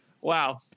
Wow